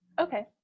okay